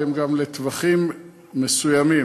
והן גם לטווחים מסוימים.